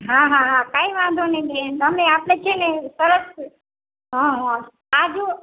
હા હા હા કાંઈ વાંધો નહીં બેન તમે આપણે છે ને સરસ હા હા આ જુઓ